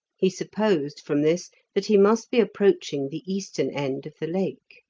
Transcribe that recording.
he supposed from this that he must be approaching the eastern end of the lake.